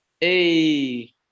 Hey